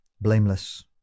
blameless